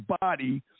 body